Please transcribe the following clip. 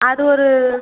அது ஒரு